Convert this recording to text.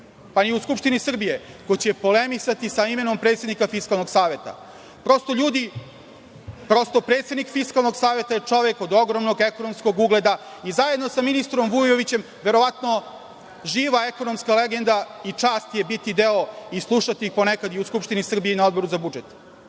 pa ni u Skupštini Srbije, ko će polemisati sa imenom predsednika Fiskalnog saveta. Predsednik Fiskalnog saveta je čovek od ogromnog ekonomskog ugleda i zajedno sa ministrom Vujovićem, verovatno živa ekonomska legenda i čast je biti deo i slušati ponekad i u Skupštini Srbije i na Odboru za budžet. Ključno